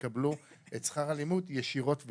יקבלו את שכר הלימוד ישירות,